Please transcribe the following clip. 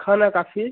खाना काफी